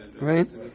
Right